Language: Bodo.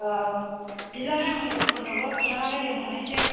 औ बिदिब्लालाय आं लोगोफोरनोबो खिन्थानानै दोनहरनोसै